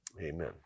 Amen